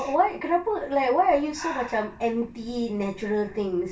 why why kenapa like why are you so macam anti natural things